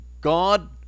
God